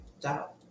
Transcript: Doubt